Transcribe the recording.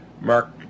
Mark